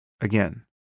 Again